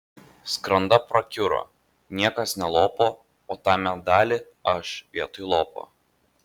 skranda prakiuro niekas nelopo o tą medalį aš vietoj lopo